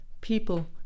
people